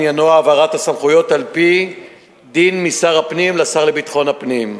שעניינו העברת סמכויות על-פי דין משר הפנים לשר לביטחון הפנים.